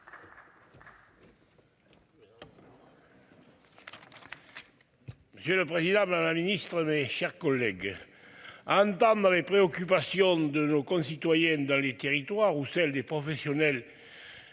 Monsieur le président de la la ministre, mes chers collègues. À dans mes préoccupations de nos concitoyens dans les territoires ou celle des professionnels.